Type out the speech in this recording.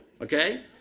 Okay